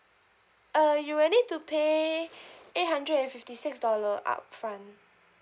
uh you will need to pay eight hundred and fifty six dollar upfront